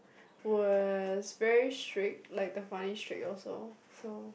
was very strict like the funny strict also so